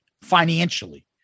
financially